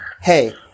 Hey